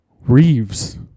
Reeves